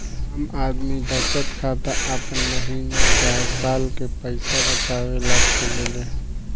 आम आदमी बचत खाता आपन महीना चाहे साल के पईसा बचावे ला खोलेले